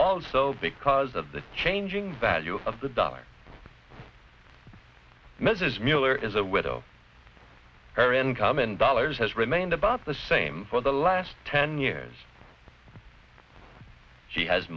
also because of the changing value of the dollar mrs miller is a widow her income in dollars has remained about the same for the last ten years she has